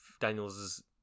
Daniels